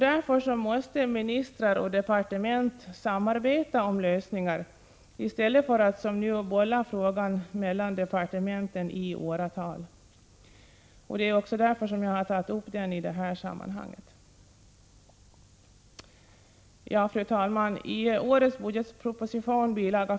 Därför måste ministrar och departement samarbeta om lösningar i stället för att som nu bolla frågan mellan departementen i åratal. Det är också därför jag har tagit upp den i detta sammanhang. Fru talman! I årets budgetproposition, bil.